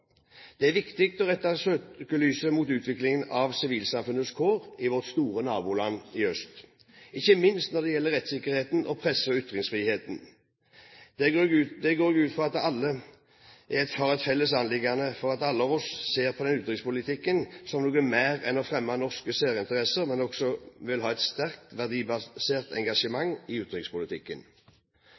Det er viktig å rette søkelyset mot utviklingen av sivilsamfunnets kår i vårt store naboland i øst, ikke minst når det gjelder rettssikkerheten og presse- og ytringsfriheten. Dette går jeg ut fra er et felles anliggende for alle oss som ser på utenrikspolitikk som noe mer enn å fremme norske særinteresser, men som også vil ha et sterkt verdibasert engasjement i utenrikspolitikken.